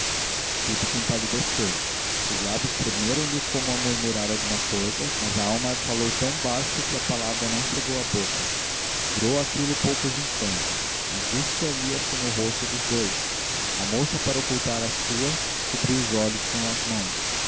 indicado súbito empalideceu os lábios tremeram lhe como a murmurar alguma coisa mas a alma falou tão baixo que a palavra não chegou à boca durou aquilo poucos instantes a angústia lia-se no rosto dos dois a moça para ocultar a sua cobriu os olhos com as mãos